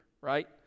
right